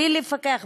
בלי לפקח,